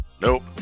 nope